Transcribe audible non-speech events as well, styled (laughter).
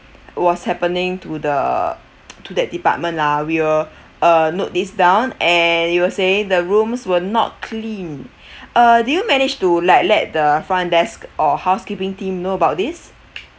was happening to the (noise) to that department lah we will uh note this down and you were saying the rooms were not clean (breath) uh did you manage to like let the front desk or housekeeping team know about this